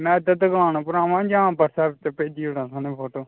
मैं इद्धर दुकान उप्पर आवां जां बस्सा हत्थ भेजी ओड़ां थोआनू फोटो